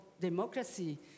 democracy